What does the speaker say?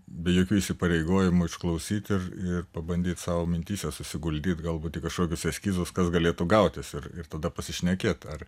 be jokių įsipareigojimų išklausyt ir ir pabandyt savo mintyse suguldyt galbūt tik kažkokius eskizus kas galėtų gautis ir ir tada pasišnekėt ar